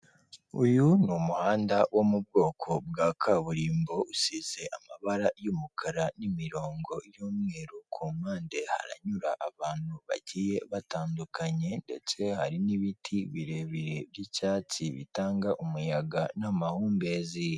Uyu ni umuhanda wo mu bwoko bwa kaburimbo, usize amabara y'umukara n'imirongo y'umweru, ku mpande haranyura abantu bagiye batandukanye ndetse hari n'ibiti birebire by'icyatsi, bitanga umuyaga n'amahumbeziye.